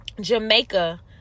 Jamaica